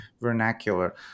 vernacular